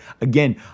again